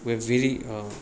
we have very